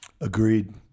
Agreed